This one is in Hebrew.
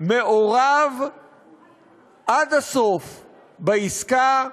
מעורב עד הסוף בעסקה,